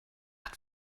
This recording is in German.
hat